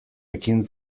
ekin